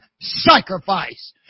sacrifice